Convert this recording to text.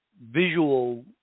visual